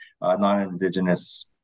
non-indigenous